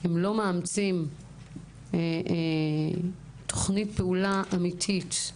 אם לא מאמצים תוכנית פעולה אמיתית.